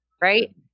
right